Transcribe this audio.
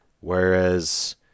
Whereas